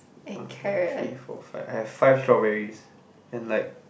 one two three four five I have five strawberries and like